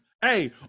Hey